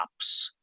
apps